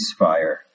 Ceasefire